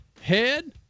head